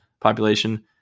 population